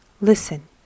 Listen